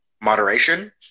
moderation